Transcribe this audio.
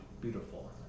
beautiful